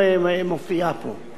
תודה רבה, אדוני.